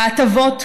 ההטבות,